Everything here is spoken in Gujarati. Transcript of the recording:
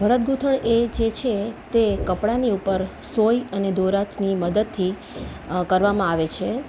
ભરત ગૂંથણ એ જે છે તે કપડાની ઉપર સોય અને દોરા ની મદદથી કરવામાં આવે છે